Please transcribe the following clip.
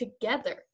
together